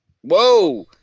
Whoa